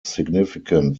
significant